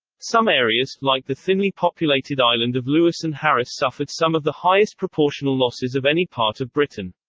some areas, like the thinly populated island of lewis and harris suffered some of the highest proportional losses of any part of britain.